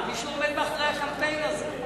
הרי מישהו עומד מאחורי הקמפיין הזה.